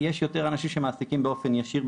יש יותר אנשים שמעסיקים באופן ישיר,